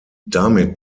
damit